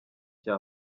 cya